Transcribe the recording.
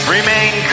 Remain